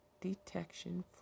detection